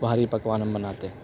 بھاری پکوان ہم بناتے ہیں